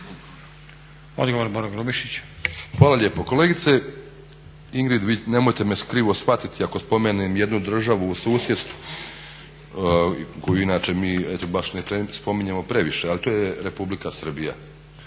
Boro (HDSSB)** Hvala lijepo. Kolegice Ingrid, nemojte me krivo shvatiti ako spomenem jednu državu u susjedstvu koju inače mi eto baš ne spominjemo previše ali to je Republika Srbija